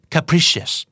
Capricious